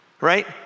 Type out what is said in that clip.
Right